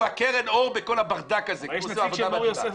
הוא קרן האור בכל הברדק הזה כי הוא עושה עבודה מדהימה.